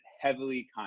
heavily